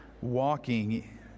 walking